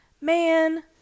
Man